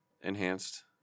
enhanced